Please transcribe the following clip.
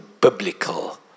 biblical